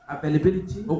Availability